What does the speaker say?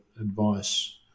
advice